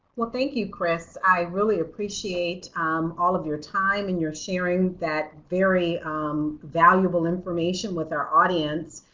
well thank you chris i really appreciate all of your time and your sharing that very um valuable information with our audience.